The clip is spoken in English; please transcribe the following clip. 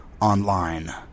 online